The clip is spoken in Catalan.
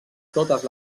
totes